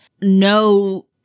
no